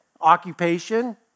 occupation